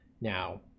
Now